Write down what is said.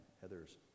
Heather's